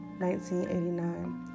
1989